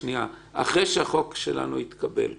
אחרי שהחוק שלנו התקבל כבר,